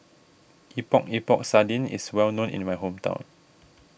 Epok Epok Sardin is well known in my hometown